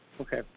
Okay